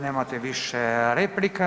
Nemate više replika.